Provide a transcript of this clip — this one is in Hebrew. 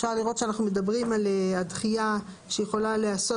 אפשר לראות שאנחנו מדברים על הדחייה שיכולה להיעשות